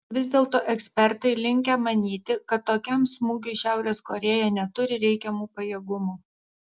vis dėlto ekspertai linkę manyti kad tokiam smūgiui šiaurės korėja neturi reikiamų pajėgumų